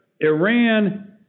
Iran